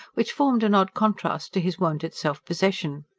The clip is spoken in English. which formed an odd contrast to his wonted self-possession.